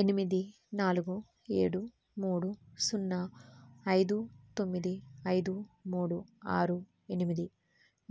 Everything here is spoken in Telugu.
ఎనిమిది నాలుగు ఏడు మూడు సున్నా ఐదు తొమ్మిది ఐదు మూడు ఆరు ఎనిమిది